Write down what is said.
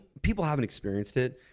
people haven't experienced it.